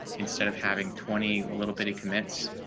instead of having twenty little bitty commits,